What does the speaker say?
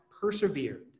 persevered